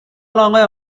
longer